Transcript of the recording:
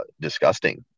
disgusting